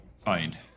Fine